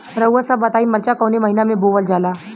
रउआ सभ बताई मरचा कवने महीना में बोवल जाला?